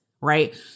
right